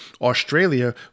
Australia